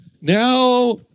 Now